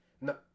No